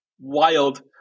wild